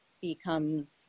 becomes